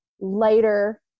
lighter